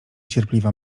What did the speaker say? cierpliwa